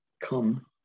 come